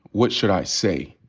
what should i say?